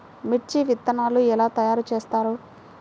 మిర్చి విత్తనాలు ఎలా తయారు చేస్తారు?